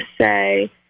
say